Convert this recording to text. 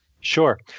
Sure